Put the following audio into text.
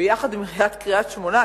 ביחד עם עיריית קריית-שמונה,